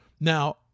Now